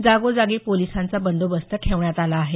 जागोजागी पोलिसांचा बंदोबस्त ठेवण्यात आला आहे